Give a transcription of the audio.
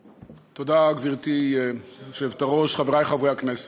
תודה, גברתי היושבת-ראש, חברי חברי הכנסת,